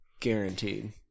Guaranteed